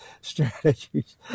strategies